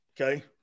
okay